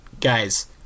guys